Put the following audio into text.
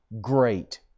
great